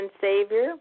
Savior